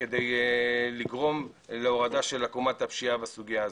כדי לגרום להורדת עקומת הפשיעה בסוגיה הזו.